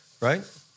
right